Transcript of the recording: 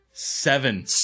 Seven